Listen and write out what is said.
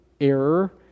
error